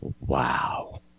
wow